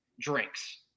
drinks